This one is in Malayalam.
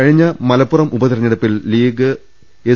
കഴിഞ്ഞ മലപ്പുറം ഉപതെരഞ്ഞെ ടുപ്പിൽ ലീഗ് എസ്